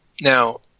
Now